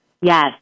Yes